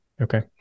Okay